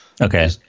okay